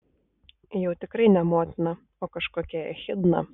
jau tikrai ne motina o kažkokia echidna